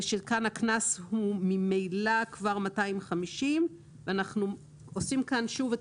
כאן הקנס הוא ממילא כבר 250 שקלים ואנחנו עושים כאן שוב את